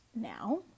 now